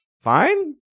fine